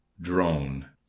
Drone